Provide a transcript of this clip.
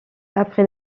après